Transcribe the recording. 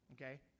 okay